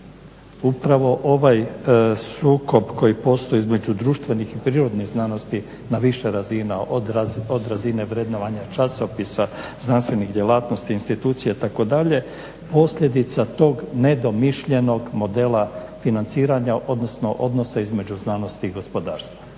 upravo ovaj sukob koji postoji između društvenih i prirodnih znanosti od više razina, od razine vrednovanja časopisa, znanstvenih djelatnosti, institucija itd. posljedica tog nedomišljenog modela financiranja, odnosno odnosa između znanosti i gospodarstva.